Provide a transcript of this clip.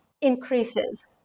increases